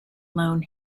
lone